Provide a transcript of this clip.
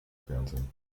fernsehen